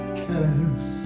cares